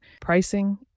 pricing